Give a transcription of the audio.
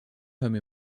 home